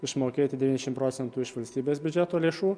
išmokėti devyniašim procentų iš valstybės biudžeto lėšų